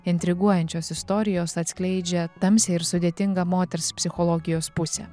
intriguojančios istorijos atskleidžia tamsią ir sudėtingą moters psichologijos pusę